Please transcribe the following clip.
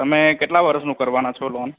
તમે કેટલા વર્ષનું કરવાના છો લોન